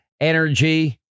energy